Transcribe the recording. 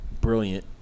brilliant